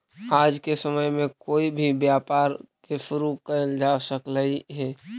आज के समय में कोई भी व्यापार के शुरू कयल जा सकलई हे